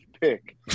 pick